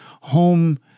home